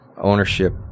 ownership